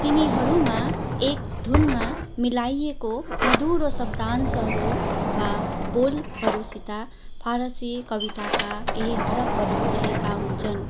तिनीहरूमा एक धुनमा मिलाइएको मधुरो शब्दांशहरू वा बोलहरूसित फारसी कविताका केही हरफहरू रहेका हुन्छन्